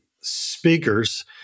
speakers